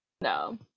No